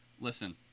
listen